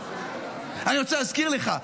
אני רוצה להזכיר לך: